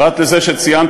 פרט לזה שציינת,